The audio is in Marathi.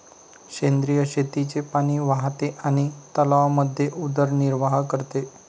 सेंद्रिय शेतीचे पाणी वाहते आणि तलावांमध्ये उदरनिर्वाह करते